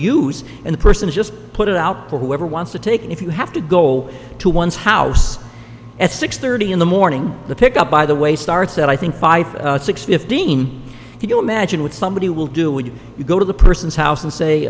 use in the person just put it out to whoever wants to take it if you have to go to one's house at six thirty in the morning the pick up by the way starts out i think five six fifteen if you imagine what somebody will do would you go to the person's house and say